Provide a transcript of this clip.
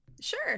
Sure